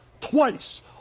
twice